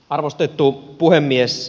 arvostettu puhemies